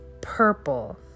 purple